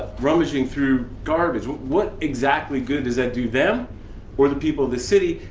rummaging through garbage? what exactly good does that do them or the people of this city,